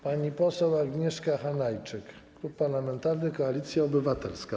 Pani poseł Agnieszka Hanajczyk, Klub Parlamentarny Koalicja Obywatelska.